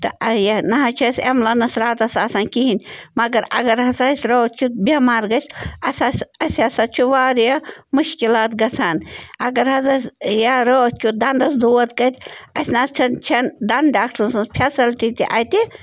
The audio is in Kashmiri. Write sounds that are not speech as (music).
تہٕ (unintelligible) یہِ نَہ حظ چھِ اَسہِ اٮ۪ملَنٕس راتَس آسان کِہیٖنۍ مگر اگر ہسا أسۍ راتھ کیُتھ بٮ۪مار گژھِ اَسہِ (unintelligible) اَسہِ ہسا چھُ واریاہ مُشکِلات گژھان اگر حظ اَسہِ یا راتھ کیُتھ دَنٛدَس دود کَرِ اَسہِ نَہ حظ چھَنہٕ چھَنہٕ دَنٛدٕ ڈاکٹر سٕنٛز فٮ۪سَلٹی تہِ اَتہِ